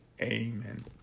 amen